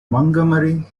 montgomery